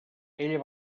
ella